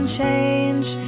change